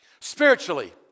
spiritually